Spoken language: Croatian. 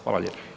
Hvala lijepo.